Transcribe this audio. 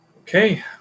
Okay